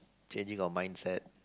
changing of mindset